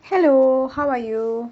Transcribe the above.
hello how are you